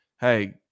hey